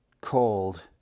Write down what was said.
called